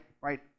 right